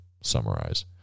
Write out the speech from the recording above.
summarize